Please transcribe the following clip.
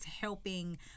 helping